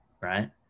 right